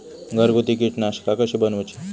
घरगुती कीटकनाशका कशी बनवूची?